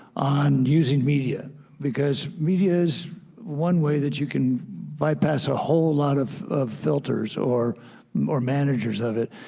on using media because media is one way that you can bypass a whole lot of of filters or or managers of it.